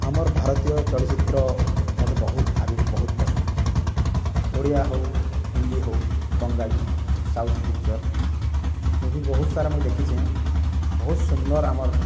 ଆମର୍ ଭାରତୀୟ ଚଳଚିତ୍ର ମତେ ବହୁତ ଭାରି ବହୁତ ପସନ୍ଦ ଓଡ଼ିଆ ହେଉ ହିନ୍ଦୀ ହେଉ ବଙ୍ଗାଳୀ ସାଉଥ୍ ପିକ୍ଚର୍ ମୁଭି ବହୁତ ସାରା ମୁଁ ଦେଖିଛେଁ ବହୁତ ସୁନ୍ଦର ଆମର୍